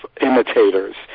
imitators